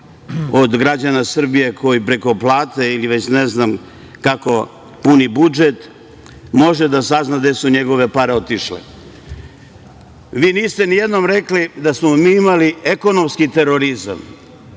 od građana Srbije, koji preko plate ili već ne znam kako puni budžet, može da sazna gde su njegove pare otišle. Vi niste nijednom rekli da smo mi imali ekonomski terorizam